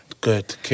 Good